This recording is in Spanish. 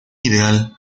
ideal